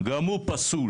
גם הוא פסול.